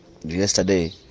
yesterday